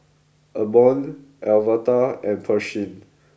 Ammon Alverda and Pershing